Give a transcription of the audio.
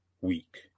week